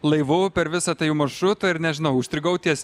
laivu per visą tą jų maršrutą ir nežinau užstrigau ties